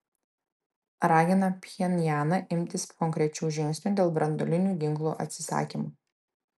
ragina pchenjaną imtis konkrečių žingsnių dėl branduolinių ginklų atsisakymo